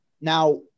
Now